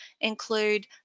include